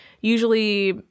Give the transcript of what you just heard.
usually